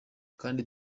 kdi